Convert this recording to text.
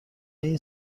این